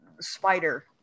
spider